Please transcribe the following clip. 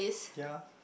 ya